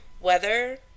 weather